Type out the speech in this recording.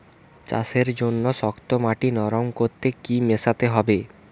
চাষের জন্য শক্ত মাটি নরম করতে কি কি মেশাতে হবে?